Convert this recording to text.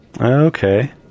Okay